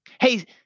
Hey